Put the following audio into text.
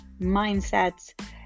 mindsets